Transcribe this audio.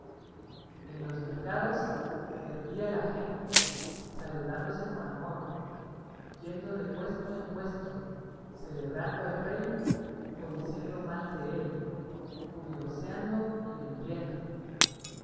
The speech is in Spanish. en los mercados hervía la gente saludándose con amor yendo de puesto en puesto celebrando al rey o diciendo mal de él curioseando y vendiendo